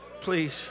please